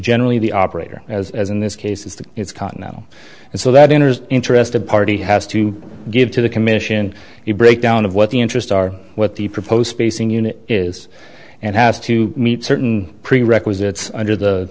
generally the operator as in this case is that it's caught now and so that enters interested party has to give to the commission a breakdown of what the interests are what the proposed spacing unit is and has to meet certain prerequisites under the